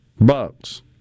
bugs